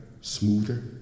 smoother